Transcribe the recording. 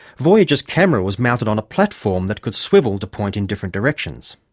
voyager's camera was mounted on a platform that could swivel to point in different directions.